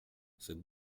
cette